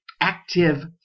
active